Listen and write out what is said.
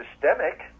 systemic